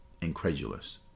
incredulous